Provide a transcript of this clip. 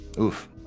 Oof